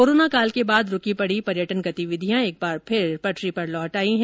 कोरोनाकाल के बाद रूकी पड़ी पर्यटन गतिविधियां एक बार फिर लौट आई है